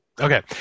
Okay